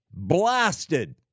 blasted